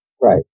Right